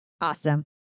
Awesome